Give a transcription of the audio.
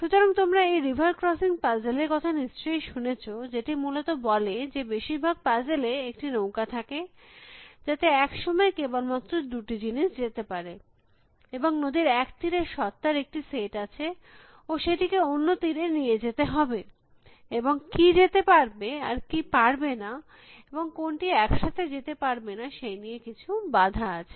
সুতরাং তোমরা এই রিভার ক্রসিং পাজেল এর কথা নিশ্চয়ই শুনেছ যেটি মূলত বলে যে বেশীর ভাগ পাজেলয় একটি নৌকা থাকে যাতে এক সময়ে কেবল মাত্র দুটি জিনিস যেতে পারে এবং নদীর এক তীরে সত্ত্বার একটি সেট আছে ও সেটিকে অন্য তীরে নিয়ে যেতে হবে এবং কী যেতে পারবে আর কী পারবে না এবং কোনটি একসাথে যেতে পারবে না সেই নিয়ে কিছু বাঁধা আছে